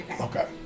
Okay